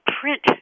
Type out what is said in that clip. print